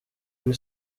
kuri